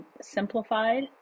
simplified